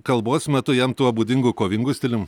kalbos metu jam tuo būdingu kovingu stilium